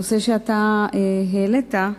לנושא שאתה העלית,